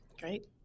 Great